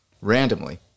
randomly